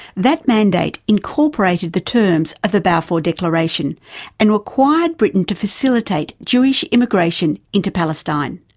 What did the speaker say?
that mandate incorporated the terms of the balfour declaration and required britain to facilitate jewish immigration into palestine.